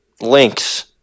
links